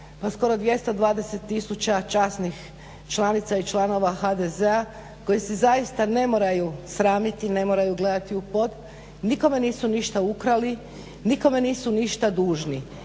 bih skoro 220 tisuća časnih članica i članova HDZ-a koji se zaista ne moraju sramiti, ne moraju gledati u pod, nikome nisu ništa ukrali, nikome nisu ništa dužni.